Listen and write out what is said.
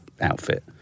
outfit